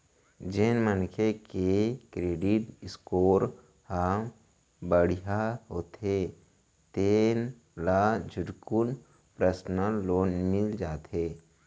जेन मनखे के करेडिट स्कोर ह बड़िहा होथे तेन ल झटकुन परसनल लोन मिल जाथे